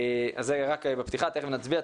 זה רק בפתיחה, תכף נצביע.